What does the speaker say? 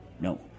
no